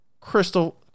Crystal